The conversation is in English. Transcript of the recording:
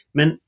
Men